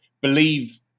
believe